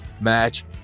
match